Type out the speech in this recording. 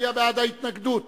מצביע בעד ההתנגדות